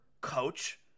coach